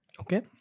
Okay